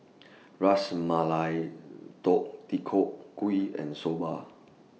Ras Malai Deodeok Gui and Soba